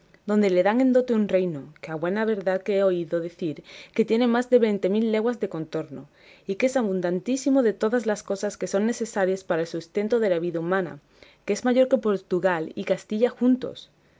donde le dan en dote un reino que a buena verdad que he oído decir que tiene más de veinte mil leguas de contorno y que es abundantísimo de todas las cosas que son necesarias para el sustento de la vida humana y que es mayor que portugal y que castilla juntos